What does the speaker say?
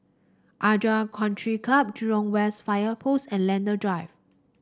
Country Club Jurong West Fire Post and Lentor Drive